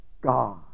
God